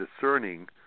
discerning